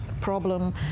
problem